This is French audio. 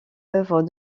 œuvres